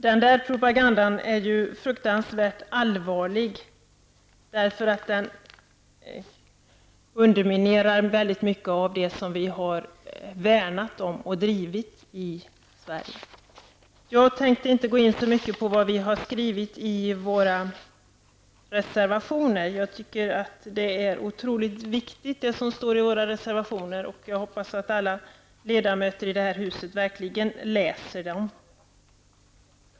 Denna propaganda är fruktansvärt allvarlig, därför att den underminerar väldigt mycket av det som vi har värnat om i Sverige. Jag tänker inte gå så mycket in på vad vi har skrivit i våra reservationer. Det som står i dem tycker jag är oerhört viktigt, och jag hoppas att alla ledamöter i det här huset verkligen läser dem.